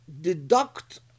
deduct